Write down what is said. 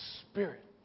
Spirit